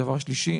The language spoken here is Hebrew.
דבר שלישי,